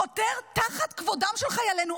חותר תחת כבודם של חיילינו,